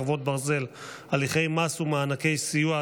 חרבות ברזל) (הליכי מס ומענקי סיוע),